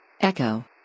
Echo